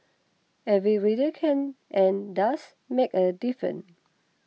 every reader can and does make a difference